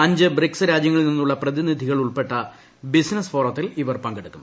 അഞ്ച് ബ്രിക്സ് രാജ്യങ്ങളിൽ നിന്നുള്ള പ്രതിനിധികൾ ഉൾപ്പെട്ട ബിസിനസ് ഫോറത്തിൽ ഇവർ പങ്കെടുക്കും